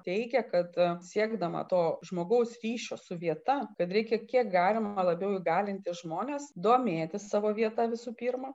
teigia kad siekdama to žmogaus ryšio su vieta kad reikia kiek galima labiau įgalinti žmones domėtis savo vieta visų pirma